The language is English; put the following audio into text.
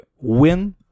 win